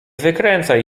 wykręcaj